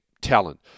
talent